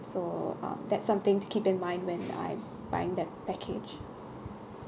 so uh that's something to keep in mind when I'm buying that package